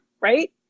right